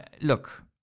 look